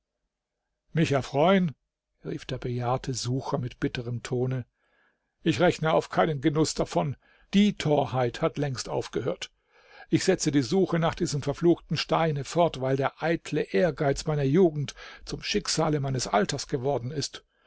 mich erfreuen rief der bejahrte sucher mit bitterem tone ich rechne auf keinen genuß davon die torheit hat längst aufgehört ich setze die suche nach diesem verfluchten steine fort weil der eitle ehrgeiz meiner jugend zum schicksale meines alters geworden ist